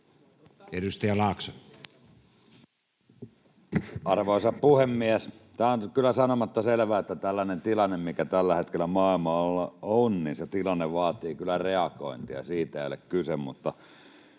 Content: Arvoisa puhemies! On kyllä sanomatta selvää, että tällainen tilanne, mikä tällä hetkellä maailmalla on, vaatii reagointia — siitä ei ole kyse. Mutta